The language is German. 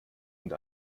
und